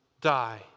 die